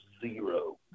zero